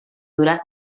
durà